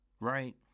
right